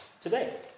today